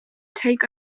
take